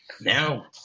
now